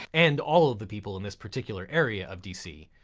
and all of the people in this particular area of dc,